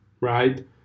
right